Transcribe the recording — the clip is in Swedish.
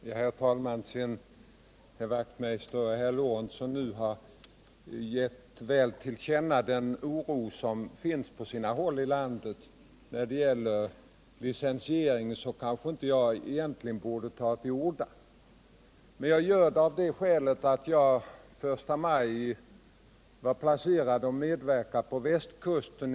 Herr talman! Sedan Hans Wachtmeister och Gustav Lorentzon nu givit väl till känna den oro som finns på sina håll i landet när det gäller licensieringen kanske jag egentligen inte borde ta till orda. Men jag gör det av det skälet att jag första maj var placerad att medverka på västkusten.